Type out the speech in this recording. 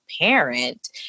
parent